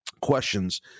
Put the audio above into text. questions